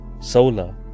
solar